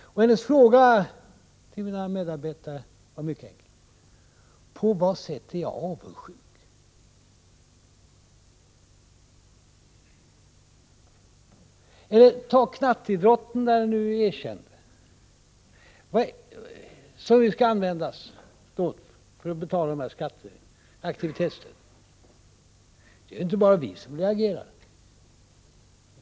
Hennes fråga till mina medarbetare var mycket enkel: På vad sätt är jag avundsjuk? Eller ta aktivitetsstödet till knatteidrotten som nu skall användas för att betala skattelättnaderna. Det är inte bara vi som reagerar.